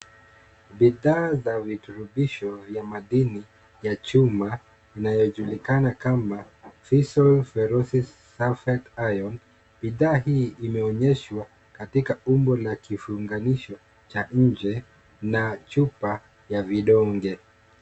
Bidhaa za virutubisho ya madini ya chuma inayojulikana kama Feosol Ferrous sulfate iron, bidhaa hii imeonyeshwa katika umbo la kifunganisho cha nje na chupa ya vidonge.